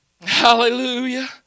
Hallelujah